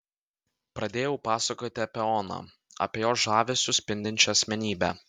pradėjau pasakoti apie oną apie jos žavesiu spindinčią asmenybę